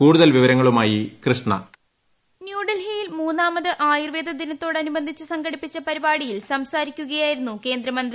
കൂടുതൽ വിവരങ്ങളുമായി കൃഷ്ണ വോയിസ് ന്യൂഡൽഹിയിൽ മൂന്നാമത് ആയുർവേദ ദിനത്തോടനുബന്ധിച്ച് സംഘടിപ്പിച്ച പരിപാടിയിൽ സംസാരിക്കുകയായിരുന്നു കേന്ദ്രമന്ത്രി